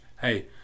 hey